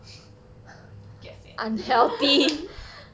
get fat